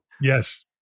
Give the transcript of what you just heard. Yes